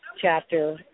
chapter